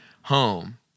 home